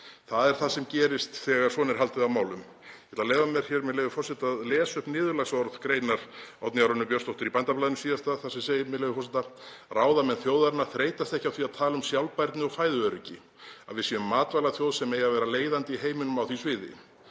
Það er það sem gerist þegar svona er haldið á málum. Ég ætla að leyfa mér hér, með leyfi forseta, að lesa upp niðurlagsorð greinar Oddnýjar Önnu Björnsdóttur í Bændablaðinu síðasta þar sem segir, með leyfi forseta: „Ráðamenn þjóðarinnar þreytast ekki á því að tala um sjálfbærni og fæðuöryggi; að við séum matvælaþjóð sem eigi að vera leiðandi í heiminum á því sviði.